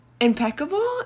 impeccable